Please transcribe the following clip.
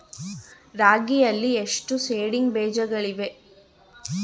ರಾಗಿಯಲ್ಲಿ ಎಷ್ಟು ಸೇಡಿಂಗ್ ಬೇಜಗಳಿವೆ?